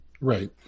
Right